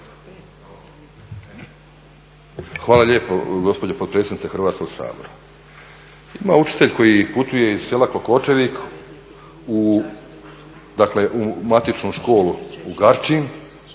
Hvala lijepo gospođo potpredsjednice Hrvatskog sabora. Ima učitelj koji putuje iz sela KOkočvik u matičnu školu u Garčin,